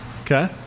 Okay